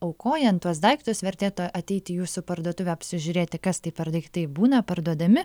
aukojant tuos daiktus vertėtų ateiti į jūsų parduotuvę apsižiūrėti kas tai per daiktai būna parduodami